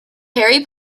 harry